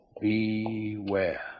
Beware